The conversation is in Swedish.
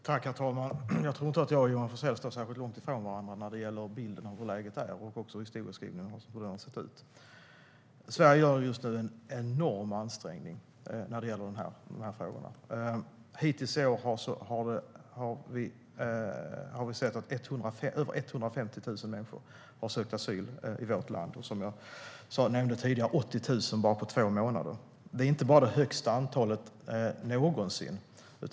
Herr talman! Jag tror inte att jag och Johan Forssell står särskilt långt ifrån varandra när det gäller bilden av hur läget är och hur historieskrivningen har sett ut. Sverige gör just nu en enorm ansträngning. Hittills i år har över 150 000 människor sökt asyl i vårt land. Som jag nämnde tidigare har det kommit 80 000 på bara två månader. Det är inte bara det högsta antalet någonsin.